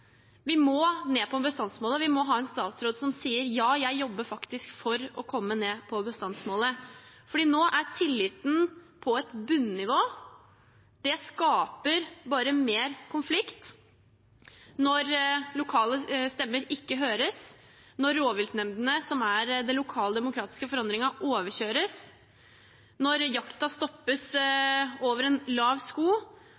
Vi må ned på bestandsmålet. Vi må ha en statsråd som sier: «Ja, jeg jobber faktisk for å komme ned på bestandsmålet.» Nå er tilliten på et bunnivå. Det skaper bare mer konflikt. Når lokale stemmer ikke høres, når rovviltnemndene, som er den lokale demokratiske forankringen, overkjøres, når jakten stoppes